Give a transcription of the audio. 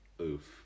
Oof